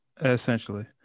Essentially